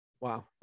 Wow